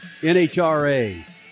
NHRA